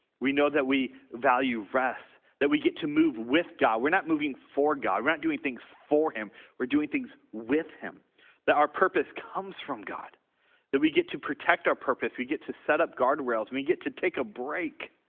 we know that we value rests that we get to move with god, we're not moving for god we're not doing things for him we're doing things with him that our purpose comes from god that we get to protect our purpose, we get to set up guardrails, we get to take a break.